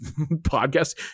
podcast